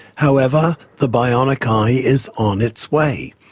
however, the bionic eye is on its way.